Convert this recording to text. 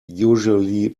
usually